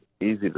easy